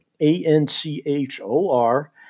A-N-C-H-O-R